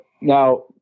Now